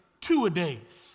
two-a-days